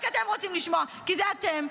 רק אתם רוצים לשמוע כי זה אתם,